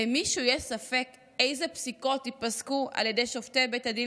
למישהו יש ספק איזה פסיקות ייפסקו על ידי שופטי בית הדין